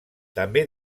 també